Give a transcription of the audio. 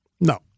no